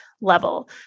level